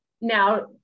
now